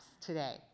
today